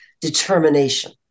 determination